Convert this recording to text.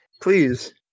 please